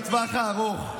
בטווח הארוך,